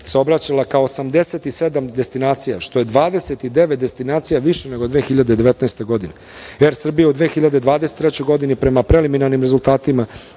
saobraćaja ka 87 destinacija, što je 29 destinacija više nego 2019. godine.„Er Srbija“ je u 2023. godini prema preliminarnim rezultatima